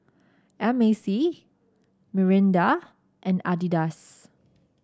M A C Mirinda and Adidas